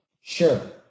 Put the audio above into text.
Sure